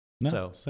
No